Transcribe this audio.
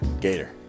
Gator